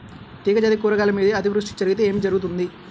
తీగజాతి కూరగాయల మీద అతివృష్టి జరిగితే ఏమి జరుగుతుంది?